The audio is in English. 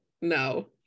No